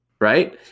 right